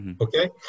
okay